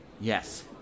Yes